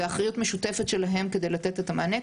ואחריות משותפת שלהם כדי לתת את המענה,